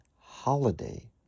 holiday